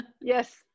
Yes